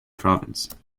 province